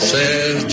Says